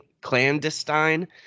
clandestine